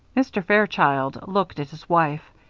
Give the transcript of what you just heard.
mr. fairchild looked at his wife,